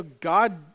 God